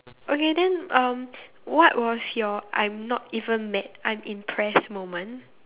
okay then um what was your I'm not even mad I'm impressed moment